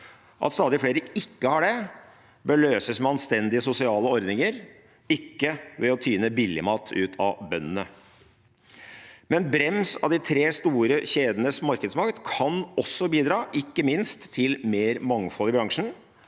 At stadig flere ikke har det, bør løses med anstendige sosiale ordninger, ikke ved å tyne billigmat ut av bøndene. Brems av de tre store kjedenes markedsmakt kan også bidra, ikke minst til mer mangfold i bransjen.